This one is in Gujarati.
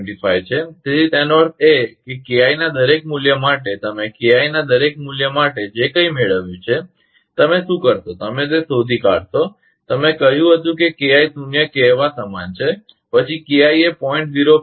25 છે તેથી તેનો અર્થ એ છે કે KI ના દરેક મૂલ્ય માટે તમે KI ના દરેક મૂલ્ય માટે જે કંઇ મેળવ્યું છે તમે શું કરશો તે શોધી કાઢશો તમે કહ્યું હતું કે KI શૂન્ય કહેવા સમાન છે પછી KI એ 0